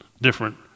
different